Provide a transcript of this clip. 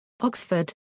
Oxford